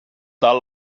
tal